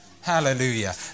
Hallelujah